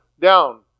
down